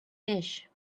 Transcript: dish